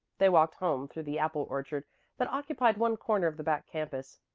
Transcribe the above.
they walked home through the apple orchard that occupied one corner of the back campus.